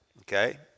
okay